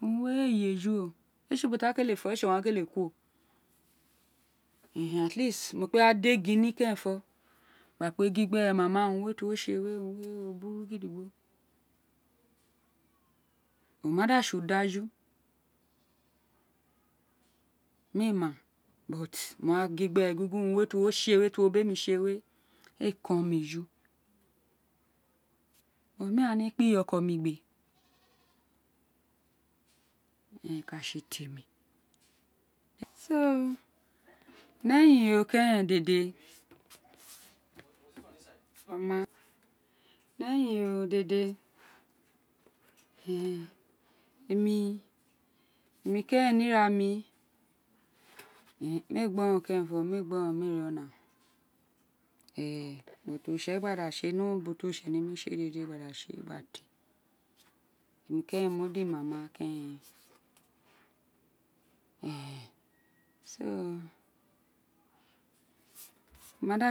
urun we yl eju o eêtsl ubo tr a kele fo owun a agháàn kele ku mo kpe wa dl egin nr leare nfo gba kpe gin gbe ma ma urun we tr wo tsl urun we urun we o buru gide gbo o ma da tsl udaju ml éè ma ma gin gbe gin urue we tr wo tse ren urun tr wo br emi tse ren urun tr wo br emi tse we éé kon mr eju temr mi éé wai ne mr kpi iye oko mr igbe eren ka tse temr nr eyin ro keren dede nr eyin ro keren dede nr eyin ro dede emr emr keren nr ira mr mi éè gbo urun mi a ri ona ēè utbo tr oritse gba da tsl éè tr oritse ne mr tsl ēé gba da tse dede emr keren mo dr ma ma ren emr ma da